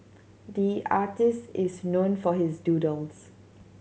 the artist is known for his doodles